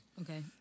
Okay